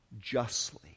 justly